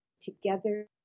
together